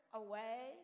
away